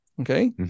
Okay